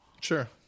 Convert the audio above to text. Sure